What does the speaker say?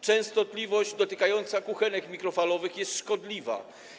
Częstotliwość dotykająca kuchenek mikrofalowych jest szkodliwa.